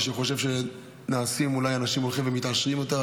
אם מישהו חושב שאנשים הולכים ומתעשרים יותר,